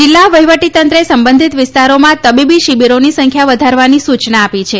જિલ્લા વહિવટીતંત્રે સંબંધીત વિસ્તારોમાં તબીબી શિબિરોની સંખ્યા વધારવાની સૂચના આપી છે